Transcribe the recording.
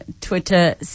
Twitter